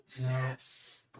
Yes